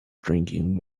drinking